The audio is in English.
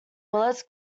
willits